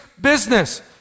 business